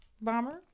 Bomber